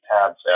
tabs